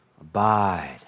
abide